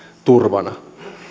turvanamme